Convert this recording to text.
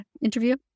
interview